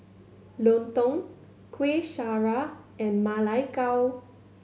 lontong Kuih Syara and Ma Lai Gao